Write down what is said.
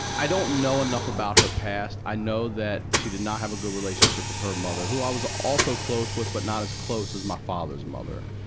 i don't know enough about her past. i know that she did not have a good relationship with her mother, who i was also close with, but not as close as my father's mother.